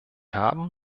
haben